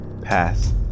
pass